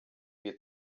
wir